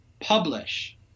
publish